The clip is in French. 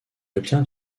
obtient